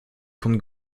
contre